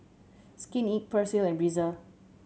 Skin Inc Persil and Breezer